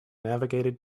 navigated